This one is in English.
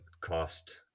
cost